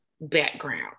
background